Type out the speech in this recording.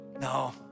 no